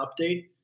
update